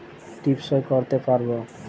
টিপ সই করতে পারবো?